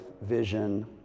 vision